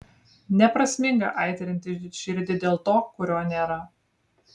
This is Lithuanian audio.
neprasminga aitrinti širdį dėl to kurio nėra